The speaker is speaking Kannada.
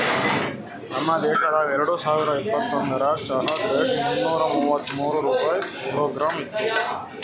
ನಮ್ ದೇಶದಾಗ್ ಎರಡು ಸಾವಿರ ಇಪ್ಪತ್ತೊಂದರಾಗ್ ಚಹಾದ್ ರೇಟ್ ಮುನ್ನೂರಾ ಮೂವತ್ಮೂರು ರೂಪಾಯಿ ಕಿಲೋಗ್ರಾಮ್ ಇತ್ತು